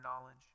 knowledge